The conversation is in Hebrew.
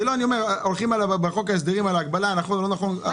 הולכים בחוק ההסדרים על הגבלה נכון או לא נכון,